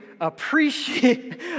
appreciate